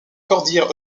cordillère